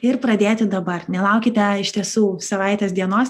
ir pradėti dabar nelaukite iš tiesų savaitės dienos